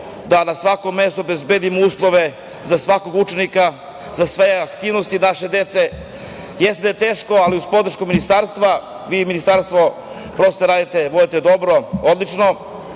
da na svakom mestu obezbedimo uslove za svakog učenika, za sve aktivnosti naše dece, jeste da je teško, ali uz podršku Ministarstva, vi i vaše Ministarstvo prosvete radite dobro, odlično,